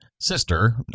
sister